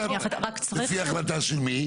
לפי החלטה של מי?